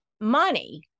money